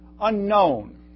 unknown